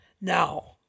Now